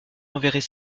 enverrait